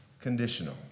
Conditional